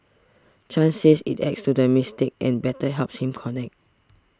Chan says it adds to the mystique and better helps him connect